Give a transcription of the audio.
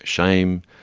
shame,